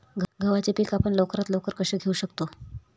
गव्हाचे पीक आपण लवकरात लवकर कसे घेऊ शकतो?